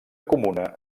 comuna